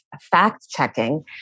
fact-checking